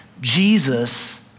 Jesus